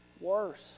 worse